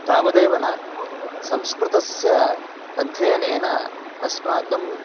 तावदेव न संस्कृतस्य अध्ययनेन अस्माकं